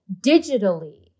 digitally